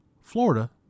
Florida